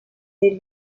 des